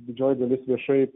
didžioji dalis viešai